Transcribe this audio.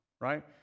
right